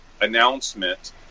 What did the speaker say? announcement